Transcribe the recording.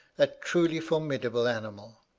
a truly formidable animal.